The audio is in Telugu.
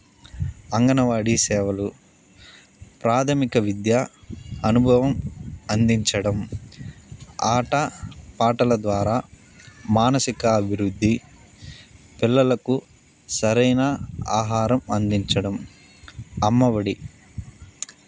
అంగనవాడీ సేవలు ప్రాథమిక విద్య అనుభవం అందించడం ఆట పాటల ద్వారా మానసిక అభివృద్ధి పిల్లలకు సరైన ఆహారం అందించడం అమ్మ ఒడి